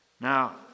now